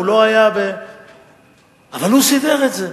אבל הוא סידר את זה.